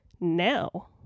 now